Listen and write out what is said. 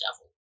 devil